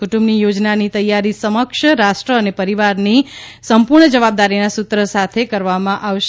કુંટુંબની યોજનાની તૈયારી સક્ષમ રાષ્ટ્ર અને પરિવારની સંપૂર્ણ જવાબદારીનાં સૂત્ર સાથે કરવામાં આવશે